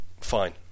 Fine